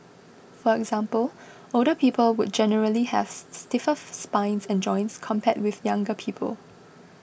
for example older people would generally have stiffer spines and joints compared with younger people